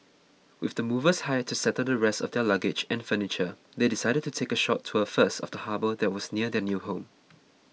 with the movers hired to settle the rest of their luggage and furniture they decided to take a short tour first of the harbour that was near their new home